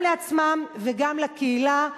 גם לעצמם וגם לקהילה.